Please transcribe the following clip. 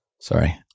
Sorry